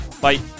Bye